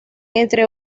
entre